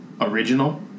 original